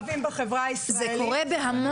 זה קורה בהרבה מרחבים בחברה הישראלית.